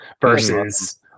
versus